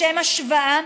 לשם השוואה,